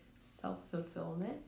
self-fulfillment